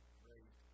great